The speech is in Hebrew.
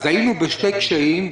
אז היינו בשני קשיים,